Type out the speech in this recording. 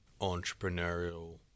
entrepreneurial